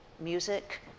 music